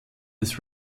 des